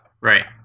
Right